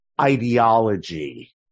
ideology